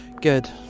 Good